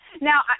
Now